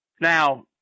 Now